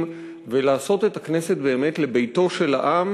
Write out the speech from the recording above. ולעשות את הכנסת באמת לביתו של העם,